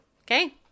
okay